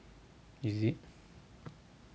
is it